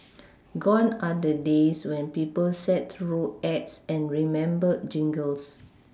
gone are the days when people sat through ads and remembered jingles